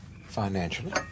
financially